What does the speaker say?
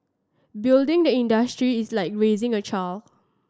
building the industry is like raising a child